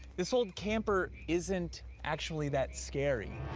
this old camper isn't actually that scary.